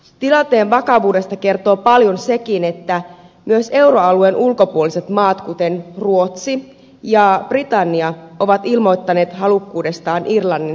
tilanteen vakavuudesta kertoo paljon sekin että myös euroalueen ulkopuoliset maat kuten ruotsi ja britannia ovat ilmoittaneet halukkuudestaan irlannin tukemiseen